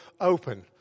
open